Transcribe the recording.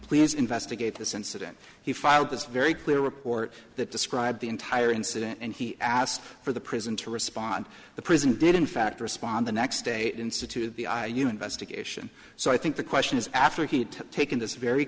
please investigate this incident he filed this very clear report that described the entire incident and he asked for the prison to respond the prison did in fact respond the next day it instituted the i u investigation so i think the question is after he had taken this very